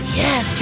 yes